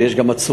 ויש גם עצורים,